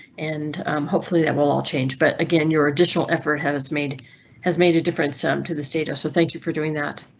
and hopefully that will all change. but again, your additional effort has made has made a difference um to to this data, so thank you for doing that.